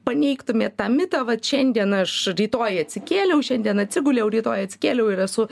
paneigtumėt tą mitą vat šiandien aš rytoj atsikėliau šiandien atsiguliau rytoj atsikėliau ir esu